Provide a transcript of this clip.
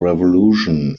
revolution